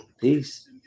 Peace